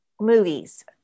Movies